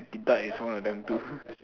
Din-Tat is one of them too